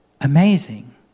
Amazing